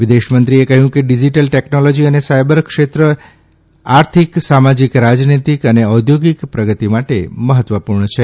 વિદેશ મંત્રીએ કહયું કે ડીજીટલ ટેકનોલોજી અને સાયબર ક્ષેત્ર આર્થિક સામાજિક રાજનીતીક અને ઔદ્યોગીક પ્રગતિ માટે મહત્વપુર્ણ છે